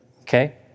Okay